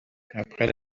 après